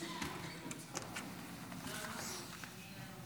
חברי הכנסת,